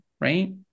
Right